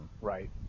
Right